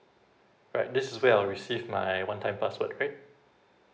right this is where I'll receive my one time password right